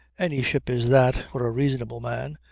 any ship is that for a reasonable man,